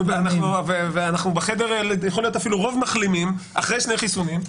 אנחנו בחדר יכול להיות אפילו רוב מחלימים אחרי שני חיסונים,